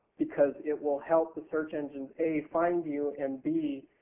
because it will help the search engine a, find you and b,